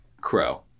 crow